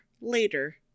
later